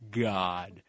God